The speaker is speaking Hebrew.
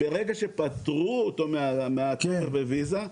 - -ברגע שפטרו אותו מוויזה,